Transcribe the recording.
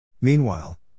Meanwhile